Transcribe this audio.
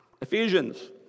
Ephesians